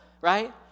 right